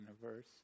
universe